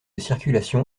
circulation